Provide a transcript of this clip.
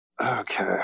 Okay